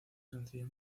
sencillo